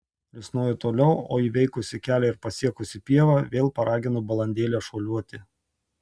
risnoju toliau o įveikusi kelią ir pasiekusi pievą vėl paraginu balandėlę šuoliuoti